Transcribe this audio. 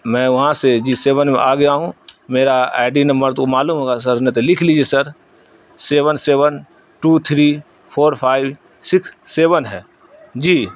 میں وہاں سے جی سیون میں آ گیا ہوں میرا آئی ڈی نمبر تو معلوم ہوگا سر نہیں تو لکھ لیجیے sir seven seven two three four five six seven ہے جی